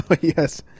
Yes